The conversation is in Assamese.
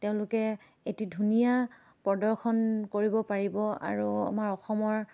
তেওঁলোকে এটি ধুনীয়া প্ৰদৰ্শন কৰিব পাৰিব আৰু আমাৰ অসমৰ